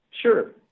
Sure